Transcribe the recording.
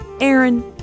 Aaron